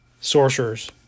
sorcerers